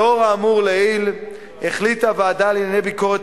לאור האמור לעיל החליטה הוועדה לענייני ביקורת